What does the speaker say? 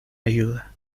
ayuda